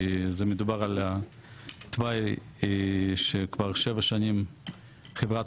כי מדובר על תוואי שכבר שבע שנים חברת